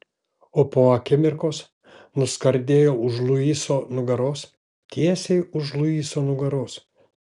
o po akimirkos nuskardėjo už luiso nugaros tiesiai už luiso nugaros